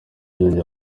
bongeye